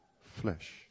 flesh